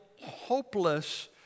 hopeless